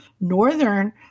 northern